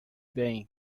bem